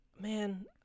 man